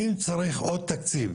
אם צריך עוד תקציב